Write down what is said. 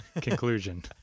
Conclusion